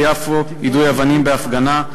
ביפו יידוי אבנים בהפגנה,